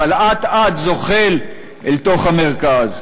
אבל אט-אט זוחל אל תוך המרכז.